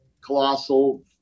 colossal